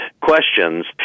questions